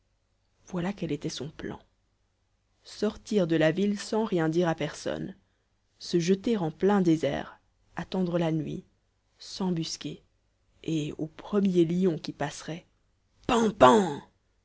voici quel était son plan sortir de la ville sans rien dire à personne se jeter en plein désert attendre la nuit s'embusquer et au premier lion qui passerait pan pan